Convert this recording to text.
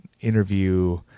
interview